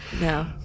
no